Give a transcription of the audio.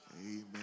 amen